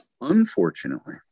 Unfortunately